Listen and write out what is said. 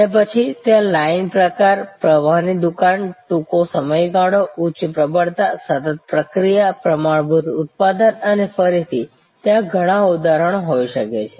અને પછી ત્યાં લાઇન પ્રકારપ્રવાહ ની દુકાન ટૂંકા સમયગાળો ઉચ્ચ પ્રબળતા સતત પ્રક્રિયા પ્રમાણભૂત ઉત્પાદન અને ફરીથી ત્યાં ઘણા ઉદાહરણો હોઈ શકે છે